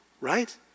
right